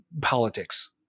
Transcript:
politics